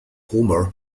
homer